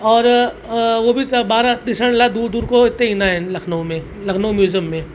और उहो बि त ॿार ॾिसण लाइ दूरि दूरि खां इते ईंदा आहिनि लखनऊ में लखनऊ म्यूज़ियम में